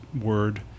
word